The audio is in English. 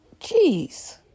Jeez